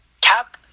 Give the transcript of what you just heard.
Cap